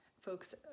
folks